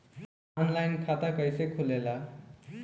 Online खाता कइसे खुलेला?